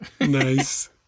Nice